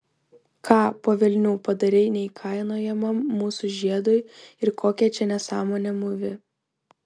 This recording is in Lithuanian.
ką po velnių padarei neįkainojamam mūsų žiedui ir kokią čia nesąmonę mūvi